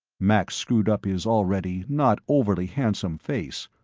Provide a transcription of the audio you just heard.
max screwed up his already not overly handsome face.